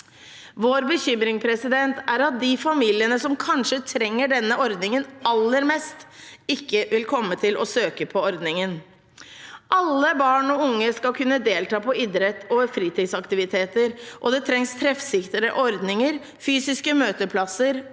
Vår bekymring er at de familiene som kanskje trenger denne ordningen aller mest, ikke vil komme til å søke på ordningen. Alle barn og unge skal kunne delta på idrett og fritidsaktiviteter, og det trengs treffsikre ordninger, fysiske møteplasser